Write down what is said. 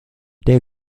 der